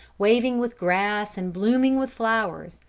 waving with grass and blooming with flowers,